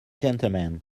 gentlemen